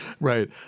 right